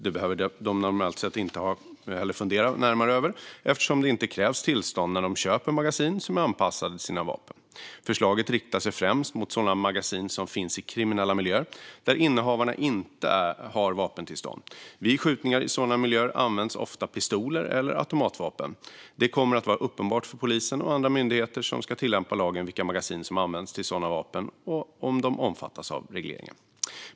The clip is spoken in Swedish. Det behöver de normalt sett inte heller fundera närmare över eftersom det inte krävs tillstånd när de köper magasin som är anpassade till deras vapen. Förslaget riktar sig främst mot sådana magasin som finns i kriminella miljöer, där innehavarna inte har vapentillstånd. Vid skjutningar i sådana miljöer används oftast pistoler eller automatvapen. Det kommer att vara uppenbart för polisen och andra myndigheter som ska tillämpa lagen vilka magasin som används till sådana vapen och om de omfattas av regleringen.